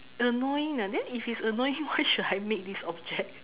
annoying ah then if it's annoying why should I make this object